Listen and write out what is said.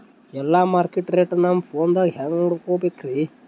ಎಲ್ಲಾ market rate ನಮ್ ಫೋನದಾಗ ಹೆಂಗ ನೋಡಕೋಬೇಕ್ರಿ?